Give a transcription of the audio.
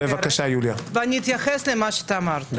אתייחס למה שאמרת.